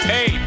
Hey